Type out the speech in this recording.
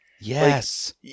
Yes